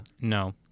No